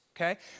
Okay